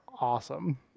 awesome